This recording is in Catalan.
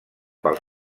pels